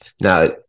Now